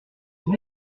sept